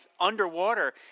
underwater